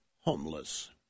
homeless